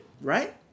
right